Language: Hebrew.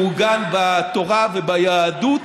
מעוגן בתורה וביהדות,